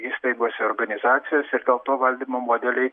įstaigose organizacijose ir gal to valdymo modeliai